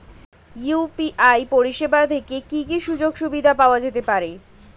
UPI পরিষেবা থেকে কি কি সুযোগ সুবিধা পাওয়া যেতে পারে?